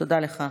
תודה לך.